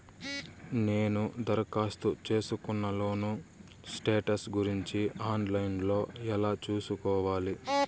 నేను దరఖాస్తు సేసుకున్న లోను స్టేటస్ గురించి ఆన్ లైను లో ఎలా సూసుకోవాలి?